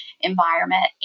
environment